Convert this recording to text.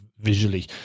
visually